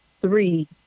three